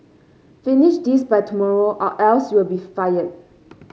finish this by tomorrow or else you'll be fired